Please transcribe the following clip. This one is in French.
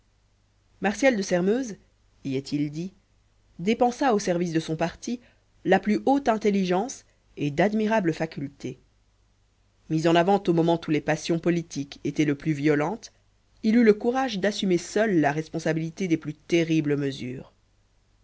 père il mit au service de son parti la plus haute intelligence et d'admirables facultés mis en avant au moment où les passions politiques étaient les plus violentes il eut le courage d'assumer seul la responsabilité des plus terribles mesures